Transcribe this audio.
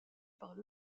par